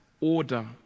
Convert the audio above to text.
order